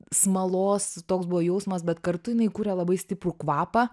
smalos toks buvo jausmas bet kartu jinai kuria labai stiprų kvapą